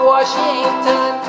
Washington